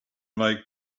lake